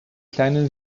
kleine